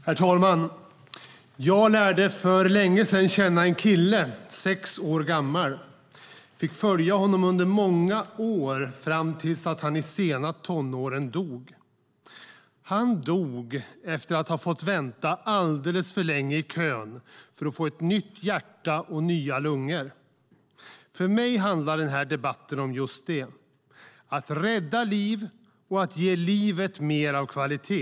Herr talman! Jag lärde för länge sedan känna en kille, sex år gammal. Jag fick följa honom under många år fram tills han i sena tonåren dog. Han dog efter att ha fått vänta alldeles för länge i kön för att få ett nytt hjärta och nya lungor. För mig handlar debatten om just det, att rädda liv och att ge livet mer av kvalitet.